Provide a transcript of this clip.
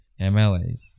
MLAs